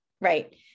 right